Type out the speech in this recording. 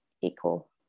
equal